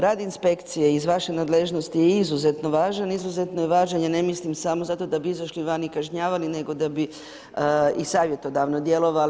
Rad inspekcije iz vaše nadležnosti je izuzetno važan, izuzetno je važno, ja ne mislim, samo zato da bi izašli van i kažnjavali, nego da bi i savjetodavno djelovali.